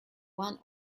one